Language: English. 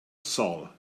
sol